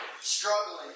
struggling